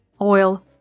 oil